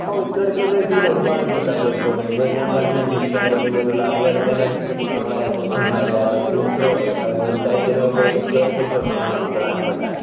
ഓ historical പ്ലേസുകൾ ഒരുപാടുണ്ട് sir Kozhikode ഇപ്പം ഞാൻ പറഞ്ഞത് തന്നെ മിശ്ക്കാൽ പള്ളി പോലുള്ള അതുപോലെ തന്നെ നമ്മുടെ എന്താ പറയുക ബീച്ച് റോഡ് അ മിഠായി തെരുവുകൾ ഒക്കെ ഹിസ്റ്റോറിക്കൽ പ്ലേസുകളാണ് പ്രധാനപ്പെട്ട